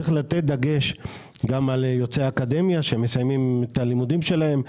צריך לתת דגש גם על יוצאי אקדמיה שמסיימים את הלימודים שלהם,